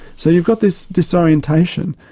so you've got this disorientation,